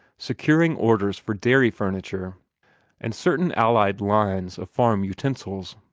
securing orders for dairy furniture and certain allied lines of farm utensils.